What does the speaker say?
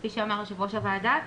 כפי שאמר יושב ראש הוועדה,